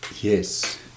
Yes